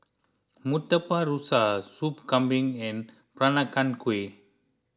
Murtabak Rusa Sop Kambing and Peranakan Kueh